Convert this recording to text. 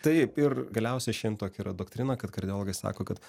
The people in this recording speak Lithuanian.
taip ir galiausiai šiandien tokia yra doktrina kad kardiologai sako kad